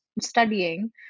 studying